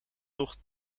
tocht